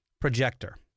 projector